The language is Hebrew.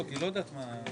העניין לא מסתיים.